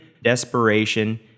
desperation